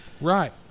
right